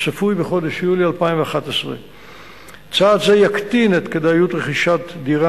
הצפוי בחודש יולי 2011. צעד זה יקטין את כדאיות רכישת דירה